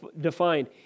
defined